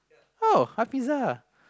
oh have pizza ah